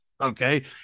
Okay